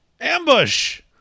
Ambush